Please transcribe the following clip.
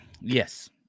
Yes